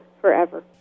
forever